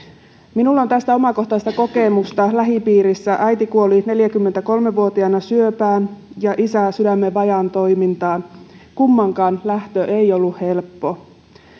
minulla on tästä omakohtaista kokemusta lähipiirissä äiti kuoli neljäkymmentäkolme vuotiaana syöpään ja isä sydämen vajaatoimintaan kummankaan lähtö ei ollut helppo